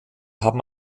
haben